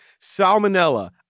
Salmonella